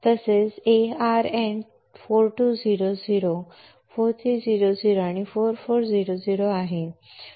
तसेच AR N 4200 4300 आणि 4400 आहे